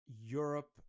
Europe